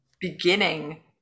beginning